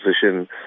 position